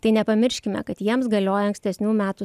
tai nepamirškime kad jiems galioja ankstesnių metų